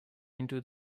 into